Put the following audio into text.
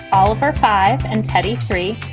all of her five and teddy three.